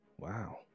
Wow